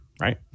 Right